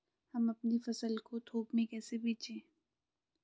हम अपनी फसल को थोक में कैसे बेचें?